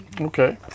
Okay